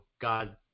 God –